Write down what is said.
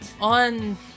on